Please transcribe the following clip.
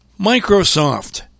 Microsoft